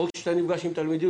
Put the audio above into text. או כשאני נפגש עם תלמידים,